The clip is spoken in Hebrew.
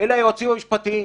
אלה היועצים המשפטיים.